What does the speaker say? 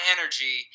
energy